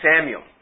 Samuel